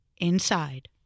Inside